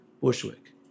Bushwick